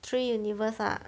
three universe ah